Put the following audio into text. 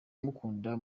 umukunda